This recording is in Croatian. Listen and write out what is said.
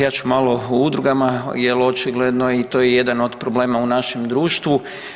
Ja ću malo o udrugama jer očigledno i to je jedan od problema u našem društvu.